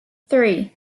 three